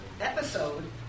episode